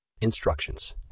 Instructions